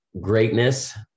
greatness